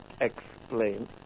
explain